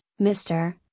Mr